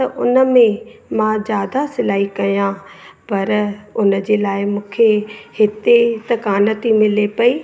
त उन में मां ज़्यादा सिलाई कयां पर उन जे लाइ मूंखे हिते त कोन थी मिले पई